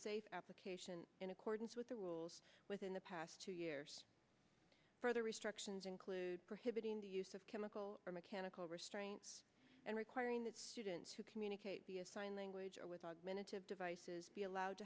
safe application in accordance with the rules within the past two years further restrictions include prohibiting the use of chemical or mechanical restraints and requiring that students who communicate via sign language or with augmentative devices be allowed